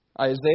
Isaiah